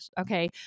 Okay